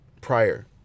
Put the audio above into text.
prior